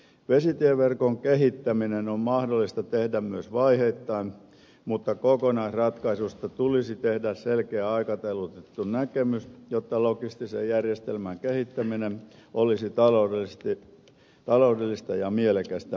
vesitieverkon kehittäminen on mahdollista tehdä myös vaiheittain mutta kokonaisratkaisusta tulisi tehdä selkeä aikataulutettu näkemys jotta logistisen järjestelmän kehittäminen olisi taloudellista ja mielekästä